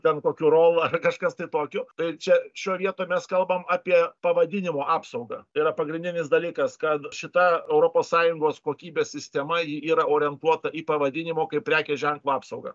ten kokiu rol ar kažkas tai tokiu tai čia šioj vietoj mes kalbam apie pavadinimo apsaugą tai yra pagrindinis dalykas kad šita europos sąjungos kokybės sistema ji yra orientuota į pavadinimo kaip prekės ženklo apsaugą